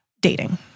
dating